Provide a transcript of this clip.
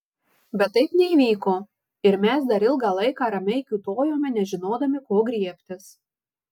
bet taip neįvyko ir mes dar ilgą laiką ramiai kiūtojome nežinodami ko griebtis